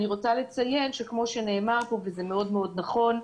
אני רוצה לציין שכמו שנאמר פה, וזה נכון מאוד,